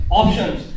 options